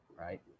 right